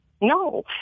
No